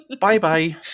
Bye-bye